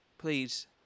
Please